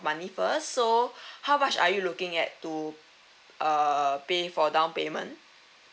money first so how much are you looking at to err pay for down payment